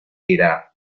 era